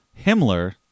Himmler